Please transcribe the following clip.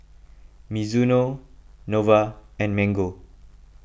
Mizuno Nova and Mango